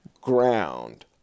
ground